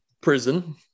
prison